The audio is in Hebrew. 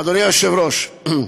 אדוני היושב-ראש,